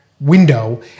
window